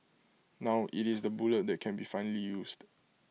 now IT is the bullet that can be finally used